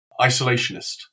isolationist